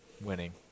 Winning